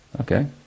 Okay